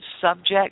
subject